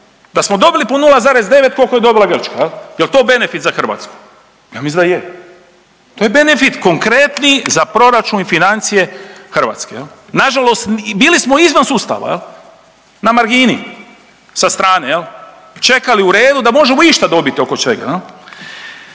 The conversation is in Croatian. Da smo dobili po 0,9 koliko je dobila Grčka jel. Jel to benefit za Hrvatsku? Ja mislim da je. To je benefit konkretni za proračun i financije Hrvatske jel. Nažalost bili smo izvan sustava jel, na margini, sa strane jel, čekali u redu da možemo išta dobiti oko čega.